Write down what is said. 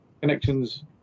Connections